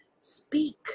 Speak